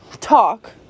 talk